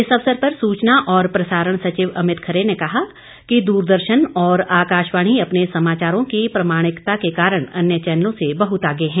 इस अवसर पर सूचना और प्रसारण सचिव अमित खरे ने कहा कि दूरदर्शन और आकाशवाणी अपने समाचारों की प्रामाणिकता के कारण अन्य चौनलों से बहुत आगे है